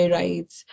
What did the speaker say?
rights